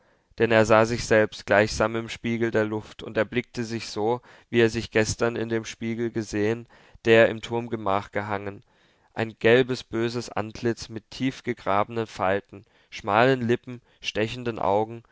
denn er sah sich selbst gleichsam im spiegel der luft und erblickte sich so wie er sich gestern in dem spiegel gesehen der im turmgemach gehangen ein gelbes böses antlitz mit tiefgegrabenen falten schmalen lippen stechenden augen